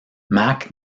mac